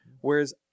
whereas